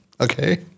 Okay